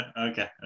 okay